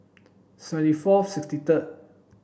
seventy four sixty third